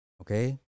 Okay